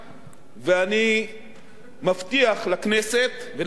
ואני מבטיח לכנסת ולעם ישראל,